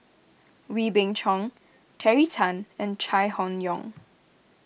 Wee Beng Chong Terry Tan and Chai Hon Yoong